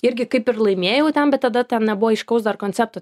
irgi kaip ir laimėjau ten bet tada ten nebuvo aiškaus dar koncepto